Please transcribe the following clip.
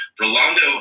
Rolando